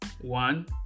One